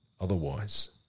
Otherwise